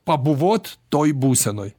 pabuvot toj būsenoj